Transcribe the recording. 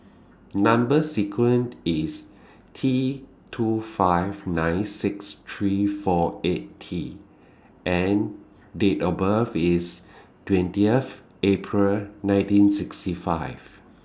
Number sequence IS T two five nine six three four eight T and Date of birth IS twentieth April nineteen sixty five